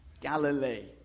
Galilee